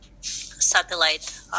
satellite